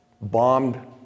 Bombed